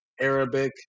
Arabic